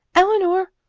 eleanor!